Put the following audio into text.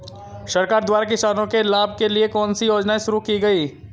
सरकार द्वारा किसानों के लाभ के लिए कौन सी योजनाएँ शुरू की गईं?